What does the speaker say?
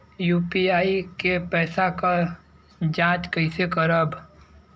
UPI के पैसा क जांच कइसे करब?